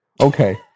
okay